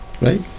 Right